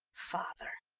father,